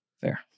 Fair